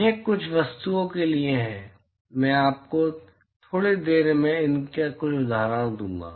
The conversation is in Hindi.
यह कुछ वस्तुओं के लिए है मैं आपको थोड़ी देर में इनके कुछ उदाहरण दूंगा